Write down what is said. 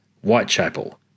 Whitechapel